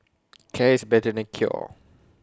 care is better than cure